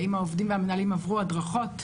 האם העובדים והמנהלים עברו הדרכות,